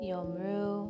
Yomru